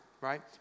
right